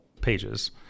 pages